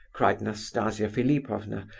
cried nastasia philipovna,